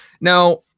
Now